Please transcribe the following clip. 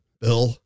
Bill